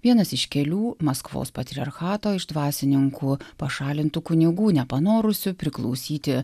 vienas iš kelių maskvos patriarchato iš dvasininkų pašalintų kunigų nepanorusių priklausyti